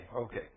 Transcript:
okay